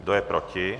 Kdo je proti?